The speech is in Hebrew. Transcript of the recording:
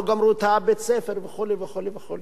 לא גמרו את בית-הספר וכו' וכו'.